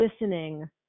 listening